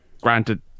Granted